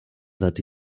that